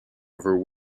over